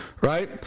right